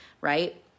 right